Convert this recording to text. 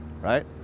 right